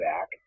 back